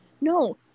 no